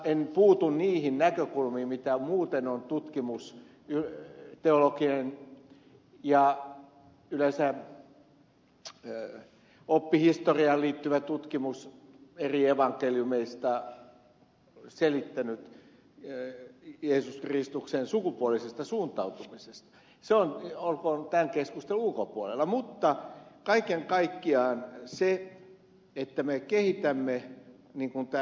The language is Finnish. en puutu niihin näkökulmiin mitä muuten on teologinen tutkimus ja yleensä oppihistoriaan liittyvä tutkimus eri evankeliumeista selittänyt jeesuksen kristuksen sukupuolisesta suuntautumisesta se olkoon tämän keskustelun ulkopuolella mutta kaiken kaikkiaan se että me kehitämme niin kuin täällä ed